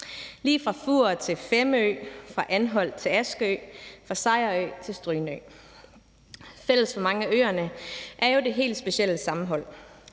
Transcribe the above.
lige fra Fur til Femø, fra Anholt til Askø, fra Sejerø til Strynø. Fælles for mange af øerne er jo det helt specielle sammenhold,